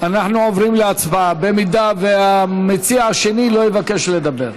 אנחנו עוברים להצבעה, אם המציע השני לא יבקש לדבר.